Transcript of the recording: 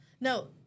No